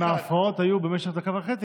אם ההפרעות היו במשך דקה וחצי,